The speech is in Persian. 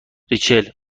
ریچل